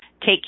Take